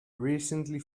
recently